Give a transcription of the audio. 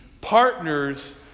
PARTNERS